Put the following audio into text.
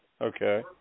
Okay